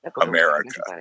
America